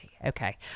Okay